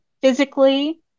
physically